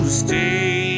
stay